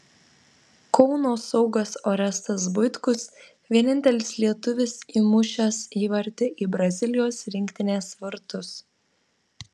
kauno saugas orestas buitkus vienintelis lietuvis įmušęs įvartį į brazilijos rinktinės vartus